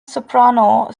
soprano